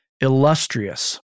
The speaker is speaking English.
illustrious